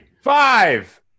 Five